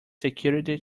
security